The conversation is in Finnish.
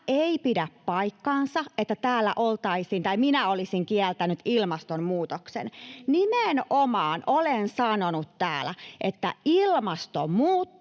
tai minä olisin kieltänyt ilmastonmuutoksen. Nimenomaan olen sanonut täällä, että ilmasto muuttuu